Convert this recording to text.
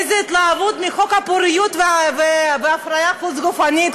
איזה התלהבות מחוק הפוריות וההפריה החוץ-גופית,